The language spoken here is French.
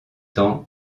temps